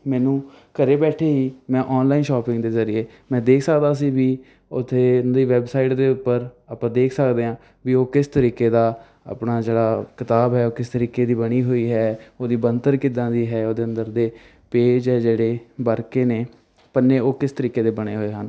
ਮੈਨੂੰ ਘਰ ਬੈਠੇ ਹੀ ਮੈਂ ਔਨਲਾਈਨ ਸ਼ੋਪਿੰਗ ਦੇ ਜ਼ਰੀਏ ਮੈਂ ਦੇਖ ਸਕਦਾ ਸੀ ਵੀ ਉੱਥੇ ਇਹਨਾਂ ਦੀ ਵੈਬਸਾਈਟ ਦੇ ਉੱਪਰ ਆਪਾਂ ਦੇਖ ਸਕਦੇ ਹਾਂ ਵੀ ਉਹ ਕਿਸ ਤਰੀਕੇ ਦਾ ਆਪਣਾ ਜਿਹੜਾ ਕਿਤਾਬ ਹੈ ਉਹ ਕਿਸ ਤਰੀਕੇ ਦੀ ਬਣੀ ਹੋਈ ਹੈ ਉਹਦੀ ਬਣਤਰ ਕਿੱਦਾਂ ਦੀ ਹੈ ਉਹਦੇ ਅੰਦਰ ਦੇ ਪੇਜ ਹੈ ਜਿਹੜੇ ਵਰਕੇ ਨੇ ਪੰਨੇ ਉਹ ਕਿਸ ਤਰੀਕੇ ਦੇ ਬਣੇ ਹੋਏ ਹਨ